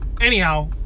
anyhow